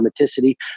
automaticity